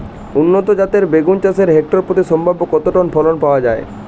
উন্নত জাতের বেগুন চাষে হেক্টর প্রতি সম্ভাব্য কত টন ফলন পাওয়া যায়?